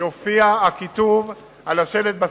יופיע הכיתוב על השלט.